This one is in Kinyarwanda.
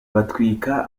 batwika